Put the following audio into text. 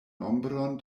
nombron